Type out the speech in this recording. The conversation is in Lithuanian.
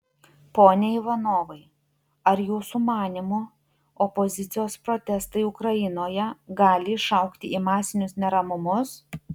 pone ivanovai ar jūsų manymu opozicijos protestai ukrainoje gali išaugti į masinius neramumus